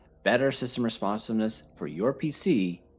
better system responsiveness for your pc,